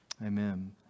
Amen